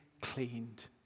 cleaned